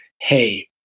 hey